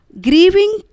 Grieving